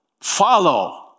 follow